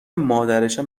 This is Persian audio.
مادرشم